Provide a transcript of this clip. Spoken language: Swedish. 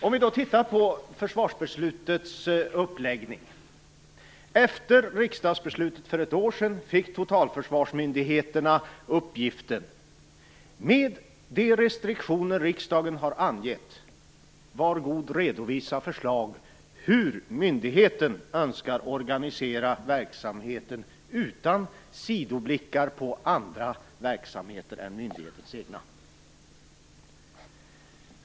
Låt oss då titta på försvarsbeslutets uppläggning. Efter riksdagsbeslutet för ett år sedan fick totalförsvarsmyndigheterna följande uppgift: Med de restriktioner riksdagen har angett, var god redovisa förslag på hur myndigheten önskar organisera verksamheten utan sidoblickar på andra verksamheter än myndighetens egen!